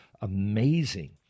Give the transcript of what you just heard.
amazing